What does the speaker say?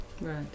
right